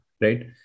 right